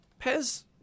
Pez